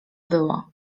było